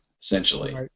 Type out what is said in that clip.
essentially